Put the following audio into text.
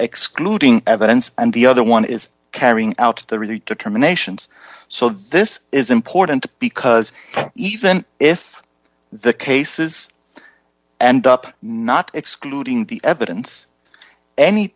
excluding evidence and the other one is carrying out the really determinations so this is important because even if the cases and up not excluding the evidence any